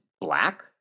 black